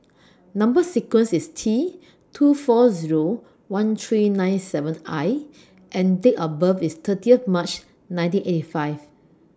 Number sequence IS T two four Zero one three nine seven I and Date of birth IS thirty March nineteen eighty five